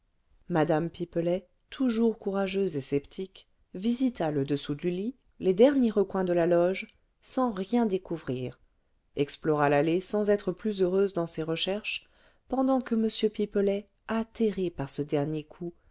mme pipelet toujours courageuse et sceptique visita le dessous du lit les derniers recoins de la loge sans rien découvrir explora l'allée sans être plus heureuse dans ses recherches pendant que m pipelet atterré par ce dernier coup